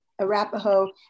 Arapaho